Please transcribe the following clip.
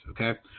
Okay